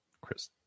Chris